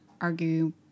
argue